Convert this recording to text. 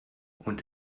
und